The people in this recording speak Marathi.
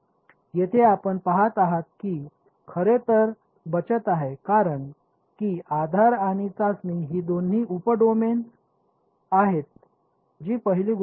येथे आपण पहात आहात की खरं काय बचत आहे कारण की आधार आणि चाचणी ही दोन्ही उप डोमेन आहेत जी पहिली गोष्ट आहे